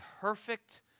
perfect